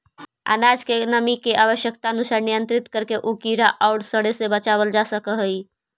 अनाज के नमी के आवश्यकतानुसार नियन्त्रित करके उ कीड़ा औउर सड़े से बचावल जा सकऽ हई